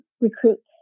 recruits